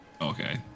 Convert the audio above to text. Okay